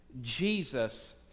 Jesus